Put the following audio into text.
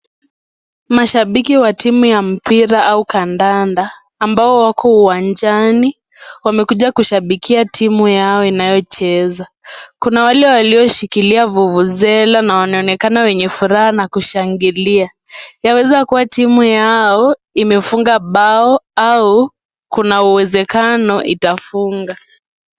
Mashabiki wa timu ya mpira au kandanda ambao wako uwanjani wamekuja kushabikia timu yao inayocheza, kuna wale walioshikilia vuvuzela na kuna wengine wanaonekana wenye furaha na kushangilia yaweza kuwa timu yao imefunga bao au kuna uwezekano itafunga.